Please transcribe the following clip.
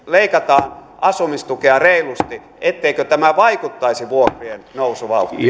leikataan asumistukea reilusti etteikö tämä vaikuttaisi vuokrien nousuvauhtiin